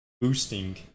boosting